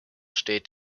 steht